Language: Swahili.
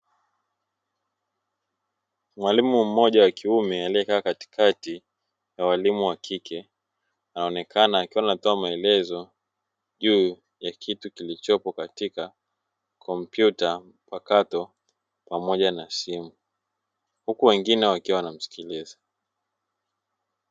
Mwalimu mmoja wakiume aliyekaa katikati ya walimu wa kike anaonekana akiwa anatoa maelezo juu ya kitu kilichopo katika kompyuta mpakato pamoja na simu, huku wengine wakiwa wanamsikiliza.